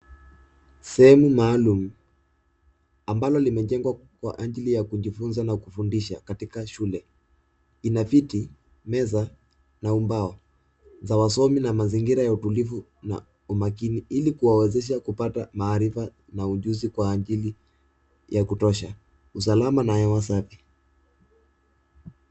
Sehemu maalum, ambalo limejengwa kwa ajili ya kujifunza na kufundisha katika shule. Ina viti, meza, na ubao za usomi na mazingira ya utulivu na umakini ili kuwawezesha maarifa na ujuzi kwa ajili kutosha. Usalama na hewa safi.